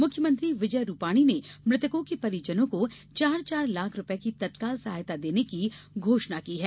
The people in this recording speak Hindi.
मुख्यमंत्री विजय रूपाणी ने मृतकों के परिजनों को चार चार लाख रुपये की तत्काल सहायता देने की घोषणा की है